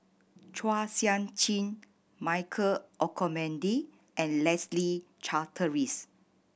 Chua Sian Chin Michael Olcomendy and Leslie Charteris